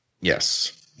Yes